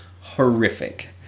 horrific